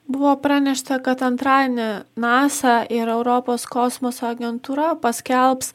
buvo pranešta kad antradienį nasa ir europos kosmoso agentūra paskelbs